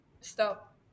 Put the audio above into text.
stop